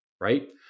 right